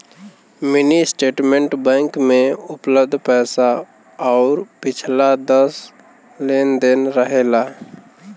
mini statement bank में उपलब्ध पैसा आउर पिछला दस लेन देन रहेला